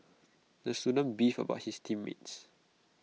the student beefed about his team mates